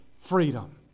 freedom